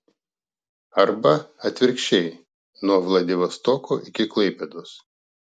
arba atvirkščiai nuo vladivostoko iki klaipėdos